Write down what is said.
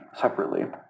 separately